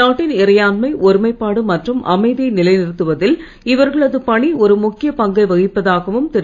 நாட்டின் இறையாண்மை ஒருமைப்பாடு மற்றும் அமைதியை நிலைநிறுத்துவதில் இவர்களது பணி ஒரு முக்கிய பங்கை வகிப்பதாகவும் திரு